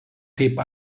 kaip